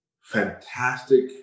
fantastic